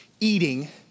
eating